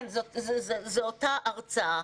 כן, זו אותה הרצאה.